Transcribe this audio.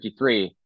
53